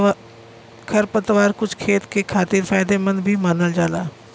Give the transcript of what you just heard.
खरपतवार कुछ खेत के खातिर फायदेमंद भी मानल जाला